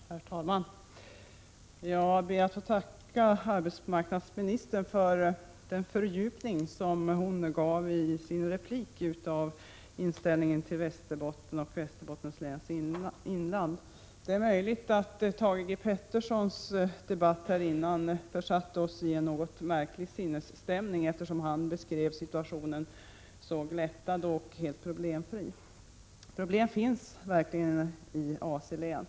Herr talman! Jag ber att få tacka arbetsmarknadsministern för den fördjupning av svaret som hon gjorde i sin replik genom redovisningen av inställningen till Västerbotten och Västerbottens läns inland. Det är möjligt att Thage G. Petersons inlägg här dessförinnan försatte oss i en något märklig sinnesstämning, eftersom han beskrev situationen på ett så glättat sätt och som helt problemfri. Problem finns verkligen i AC-län.